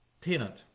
tenant